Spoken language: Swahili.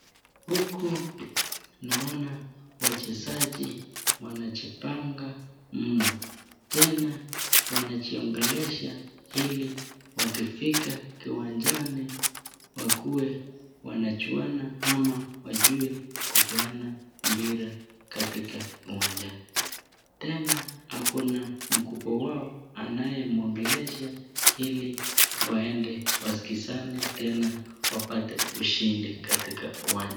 Huku naona wachezaji wanajipanga mno. Tena wanajiongelesha ili wakifika kiwanjani wakue wanajuana ama wajue kupeana mpira katika uwanjani. Tena ako na mkubwa wao, anayemuongelesha ili waende wasikizane tena wapate ushindi katika uwanja.